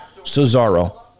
Cesaro